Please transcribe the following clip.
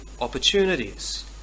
opportunities